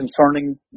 concerning